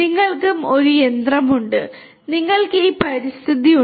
നിങ്ങൾക്ക് ഒരു യന്ത്രമുണ്ട് നിങ്ങൾക്ക് ഈ പരിതസ്ഥിതി ഉണ്ട്